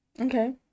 Okay